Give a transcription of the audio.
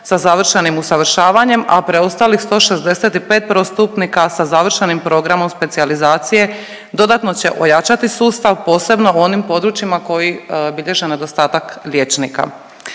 sa završenim usavršavanjem, a preostalih 165 prvostupnika sa završenim programom specijalizacije dodatno će ojačati sustav posebno u onim područjima koji bilježe nedostatak liječnika.